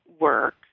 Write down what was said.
work